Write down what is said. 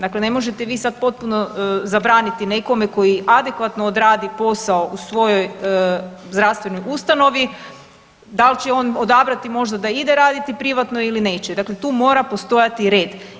Dakle, ne možete vi sad potpuno zabraniti nekome koji adekvatno odradi posao u svojoj zdravstvenoj ustanovi dal će on odabrati možda da ide raditi privatno ili neće, dakle tu mora postojati red.